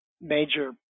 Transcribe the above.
major